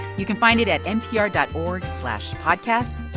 you can find it at npr dot org slash podcasts,